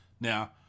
Now